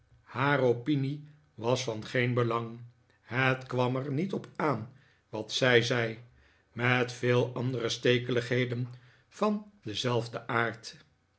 opinie was van geen belang het kwam er niet op aan wat zij zei met vele andere stekeligheden van denzelfden aard